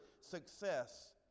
success